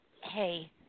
Hey